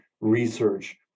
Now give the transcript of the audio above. research